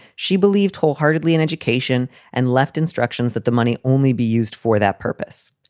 she believed wholeheartedly in education and left instructions that the money only be used for that purpose.